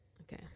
Okay